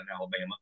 Alabama